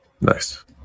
Nice